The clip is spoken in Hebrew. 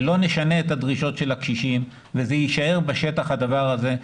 ולא נשנה את דרישות הקשישים וזה יישאר בשטח הדבר הזה,